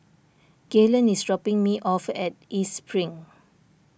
Gaylen is dropping me off at East Spring